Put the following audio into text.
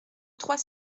trois